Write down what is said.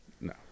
No